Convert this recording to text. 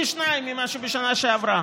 פי שניים ממה שבשנה שעברה.